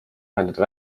vähendada